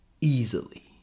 easily